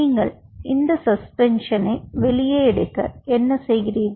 நீங்கள் சஸ்பென்ஷனை வெளியே எடுக்க என்ன செய்கிறீர்கள்